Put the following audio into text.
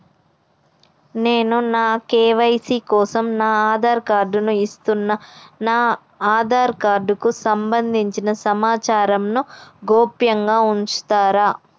నేను నా కే.వై.సీ కోసం నా ఆధార్ కార్డు ను ఇస్తున్నా నా ఆధార్ కార్డుకు సంబంధించిన సమాచారంను గోప్యంగా ఉంచుతరా?